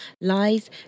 lies